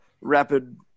rapid